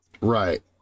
Right